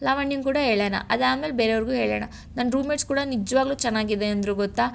ಲಾವಣ್ಯನಿಗ್ ಕೂಡ ಹೇಳಣ ಅದಾದ್ಮೇಲೆ ಬೇರೆಯವ್ರಿಗೂ ಹೇಳಣ ನನ್ನ ರೂಮ್ಮೇಟ್ಸ್ ಕೂಡ ನಿಜವಾಗ್ಲೂ ಚೆನ್ನಾಗಿದೆ ಅಂದರು ಗೊತ್ತಾ